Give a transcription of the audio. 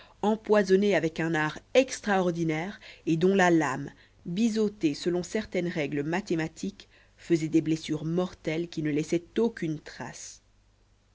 empoisonné avec un art extraordinaire et dont la lame bizautée selon certaines règles mathématiques faisait des blessures mortelles qui ne laissaient aucune trace